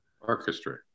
Orchestra